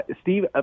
Steve